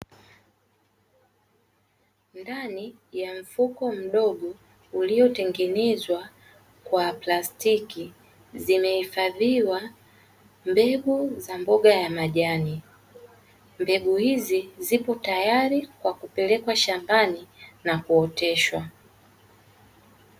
Ndani ya mfuko mdogo uliotengenezwa kwa plastiki, zimehifadhiwa mbegu za mboga ya majani. Mbegu hizi zipo tayari kwa kupelekwa shambani na kuoteshwa.